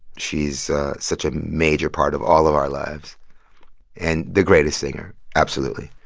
she's such a major part of all of our lives and the greatest singer. absolutely.